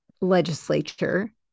legislature